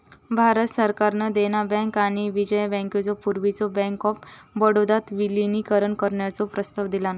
भारत सरकारान देना बँक आणि विजया बँकेचो पूर्वीच्यो बँक ऑफ बडोदात विलीनीकरण करण्याचो प्रस्ताव दिलान